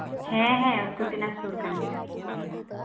ᱦᱮᱸ ᱦᱮᱸ ᱩᱛᱛᱚᱨ ᱫᱤᱱᱟᱡᱽᱯᱩᱨ ᱠᱟᱱ ᱜᱮᱭᱟ